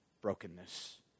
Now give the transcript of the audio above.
brokenness